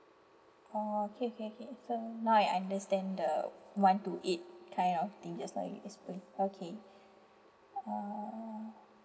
oh okay K K so now I understand the one to eight kind of thing just now you explained okay uh